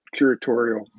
curatorial